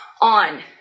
on